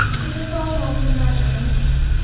it was almost a matter of a night.